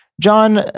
John